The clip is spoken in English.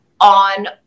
on